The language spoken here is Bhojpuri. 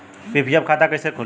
पी.पी.एफ खाता कैसे खुली?